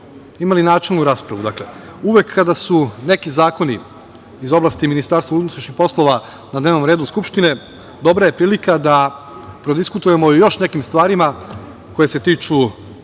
imali načelnu raspravu. Dakle, uvek kada su neki zakoni iz oblasti Ministarstva unutrašnjih poslova na dnevnom redu Skupštine, dobra je prilika da prodiskutujemo o još nekim stvarima koje se tiču